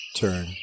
turn